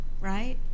right